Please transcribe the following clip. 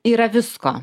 yra visko